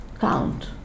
count